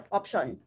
option